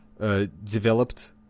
developed